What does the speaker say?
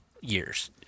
years